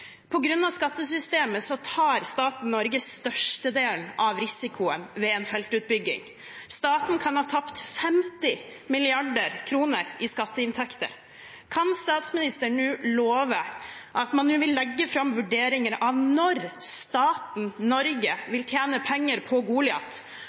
tar staten Norge størstedelen av risikoen ved en feltutbygging. Staten kan ha tapt 50 mrd. kr i skatteinntekter. Kan statsministeren nå love at man nå vil legge fram vurderinger av når staten Norge